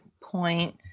point